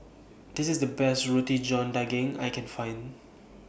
This IS The Best Roti John Daging I Can fint